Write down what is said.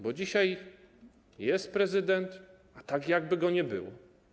Bo dzisiaj jest prezydent, a tak jakby go nie było.